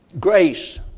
Grace